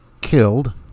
killed